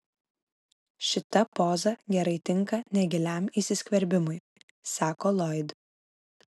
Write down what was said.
šita poza gerai tinka negiliam įsiskverbimui sako loyd